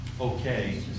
okay